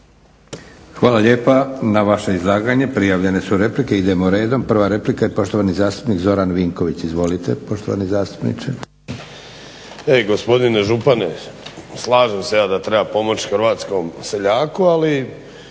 Hvala lijepa. Na vaše izlaganje prijavljene su replike. Idemo redom, prva replika i poštovani zastupnik Zoran Vinković. Izvolite poštovani zastupniče. **Vinković, Zoran (HDSSB)** E gospodine župane slažem se ja da treba pomoć hrvatskom seljaku ali